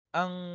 ang